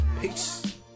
Peace